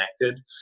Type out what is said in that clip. connected